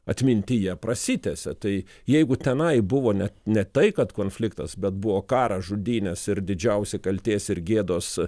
atmintyje prasitęsia tai jeigu tenai buvo ne ne tai kad konfliktas bet buvo karas žudynės ir didžiausi kaltės ir gėdos